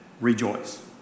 Rejoice